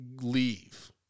leave